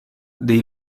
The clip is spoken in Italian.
dei